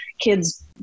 kids